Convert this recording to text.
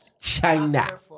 China